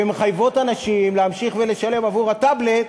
והן מחייבות אנשים להמשיך ולשלם עבור הטאבלט,